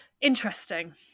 interesting